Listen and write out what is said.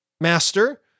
master